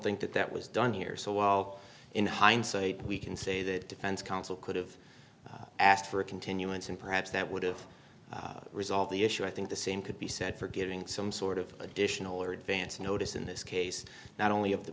think that that was done here so well in hindsight we can say that defense counsel could have asked for a continuance and perhaps that would have resolved the issue i think the same could be said for getting some sort of additional or advance notice in this case not only of the